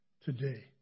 today